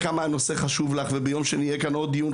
צועקים שם נגד היהודים.